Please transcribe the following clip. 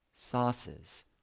sauces